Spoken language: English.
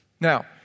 Now